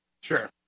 Sure